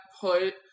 put